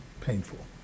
painful